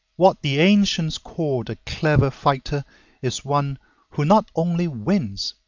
what the ancients called a clever fighter is one who not only wins,